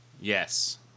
Yes